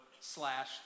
slash